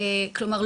כלומר,